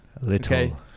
Little